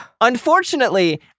Unfortunately